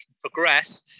progress